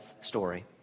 story